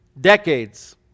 decades